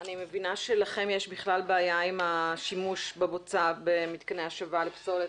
אני מבינה שלכם יש בעיה עם השימוש בבוצה במתקני השבה לפסולת.